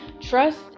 Trust